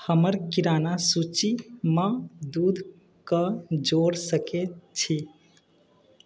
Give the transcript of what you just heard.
हमर किराना सुचीमे दूधके जोड़ सकैत छी